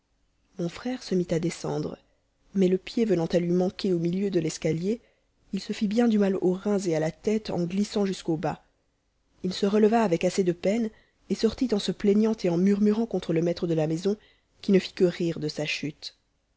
mon frère se mit à descendre mais le pied venant à lui manquer au milieu de l'escalier il se fit bien du mal aux reins et à la tête en glissant jusqu'au bas il se releva avec assez de peine et sortit en se plaignant et en murmurant contre le maître de la maison qui ne fit que rire de sa chute